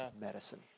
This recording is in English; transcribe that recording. medicine